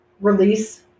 release